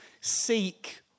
seek